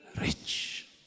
rich